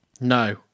No